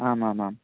आमामाम्